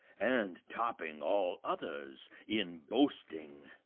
and topping all others in boasting.